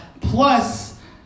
Plus